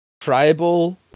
tribal